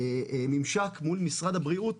ממשק מול משרד הבריאות